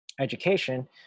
education